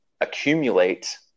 accumulate